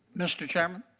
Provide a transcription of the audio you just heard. mr. chairman?